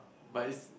but it